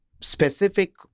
specific